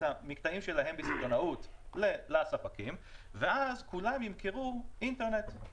המקטעים שלהם בסיטונאות לספקים ואז כולם ימכרו אינטרנט.